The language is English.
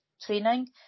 training